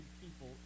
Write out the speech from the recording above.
people